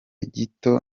gito